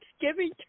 Thanksgiving